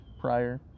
prior